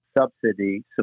subsidy